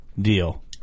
deal